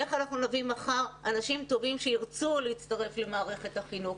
איך אנחנו נביא מחר אנשים טובים שירצו להצטרף למערכת החינוך,